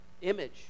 image